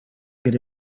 get